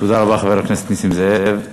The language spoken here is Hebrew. תודה רבה, חבר הכנסת נסים זאב.